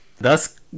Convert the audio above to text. Thus